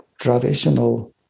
traditional